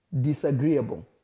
disagreeable